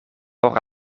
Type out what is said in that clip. por